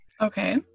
Okay